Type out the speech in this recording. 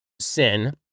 sin